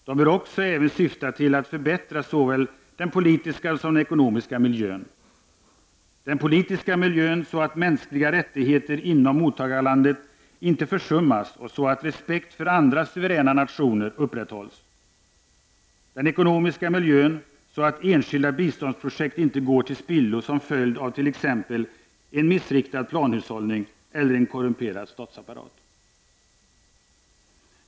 De bör även syfta till att förbättra såväl den politiska som den ekonomiska miljön, vad gäller den politiska miljön så att mänskliga rättigheter inom mottagarlandet inte försummas och så att respekt för andra suveräna nationer upprätthålls vad gäller den ekonomiska miljön så att enskilda biståndsprojekt inte går till spillo som följd av t.ex. en missriktad planhushållning eller en korrumperad statsapparat.